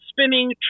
spinning